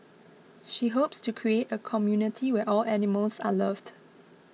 she hopes to create a community where all animals are loved